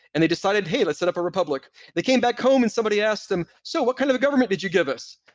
and they decided, hey, let's set up a republic they came back home and somebody asked them, so, what kind of a government did you give us?